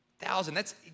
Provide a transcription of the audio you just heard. Thousand—that's